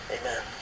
Amen